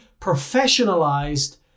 professionalized